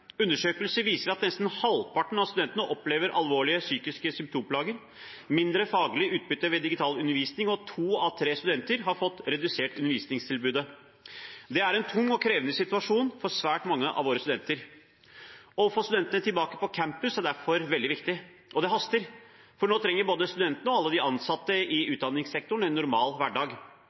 Undersøkelser viser at nesten halvparten av studentene opplever alvorlige psykiske symptomplager, mindre faglig utbytte ved digital undervisning, og to av tre studenter har fått redusert undervisningstilbudet. Det er en tung og krevende situasjon for svært mange av våre studenter. Å få studentene tilbake på campus er derfor veldig viktig, og det haster, for nå trenger både studentene og alle de ansatte i utdanningssektoren en normal hverdag.